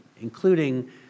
including